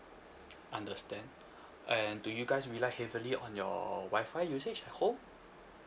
understand and do you guys rely heavily on your WI-FI usage at home